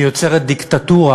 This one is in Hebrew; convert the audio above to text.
שיוצרת דיקטטורה,